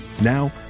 Now